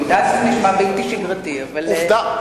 אני יודעת שזה נשמע בלתי שגרתי, אבל, עובדה.